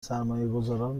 سرمایهگذاران